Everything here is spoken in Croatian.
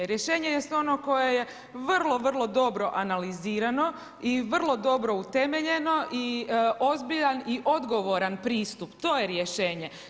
Rješenje jest ono koje je vrlo, vrlo dobro analizirano i vrlo dobro utemeljeno i ozbiljan i odgovoran pristup, to je rješenje.